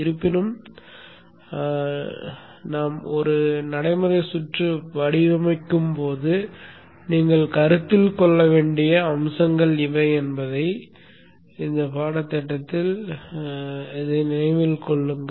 இருப்பினும் நீங்கள் ஒரு நடைமுறை சுற்றை வடிவமைக்கும் போது நீங்கள் கருத்தில் கொள்ள வேண்டிய அம்சங்கள் இவை என்பதை நினைவில் கொள்ளுங்கள்